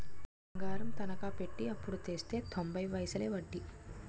బంగారం తనకా పెట్టి అప్పుడు తెస్తే తొంబై పైసలే ఒడ్డీ